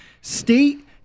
State